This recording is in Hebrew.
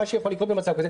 מה שיכול לקרות במצב כזה,